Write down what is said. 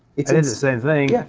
it's it's the same thing, yeah